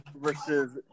versus